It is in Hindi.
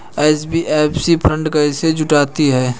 एन.बी.एफ.सी फंड कैसे जुटाती है?